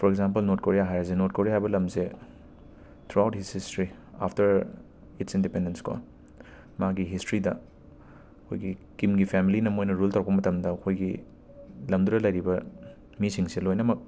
four example North Korea ꯍꯥꯏꯔꯁꯦ North Korea ꯍꯥꯏꯕ ꯂꯝꯁꯦ throughout this history after its independence ꯀꯣ ꯃꯥꯒꯤ ꯍꯤꯁꯇ꯭ꯔꯤꯗ ꯑꯩꯈꯣꯏꯒꯤ ꯀꯤꯝꯒꯤ ꯐꯦꯝꯂꯤꯅ ꯃꯣꯏꯅ ꯔꯨꯜ ꯇꯧꯔꯛꯄ ꯃꯇꯝꯗ ꯑꯩꯈꯣꯏꯒꯤ ꯂꯝꯗꯨꯗ ꯂꯩꯔꯤꯕ ꯃꯤꯁꯤꯡꯁꯦ ꯂꯣꯏꯅꯃꯛ